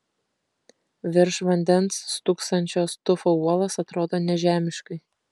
virš vandens stūksančios tufo uolos atrodo nežemiškai